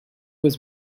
was